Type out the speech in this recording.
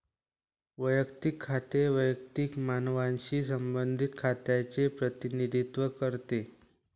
वैयक्तिक खाते वैयक्तिक मानवांशी संबंधित खात्यांचे प्रतिनिधित्व करते